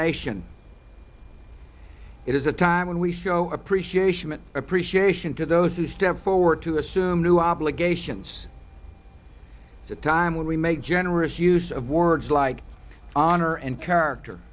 nation it is a time when we show appreciation and appreciation to those who step forward to assume new obligations it's a time when we make generous use of words like honor and character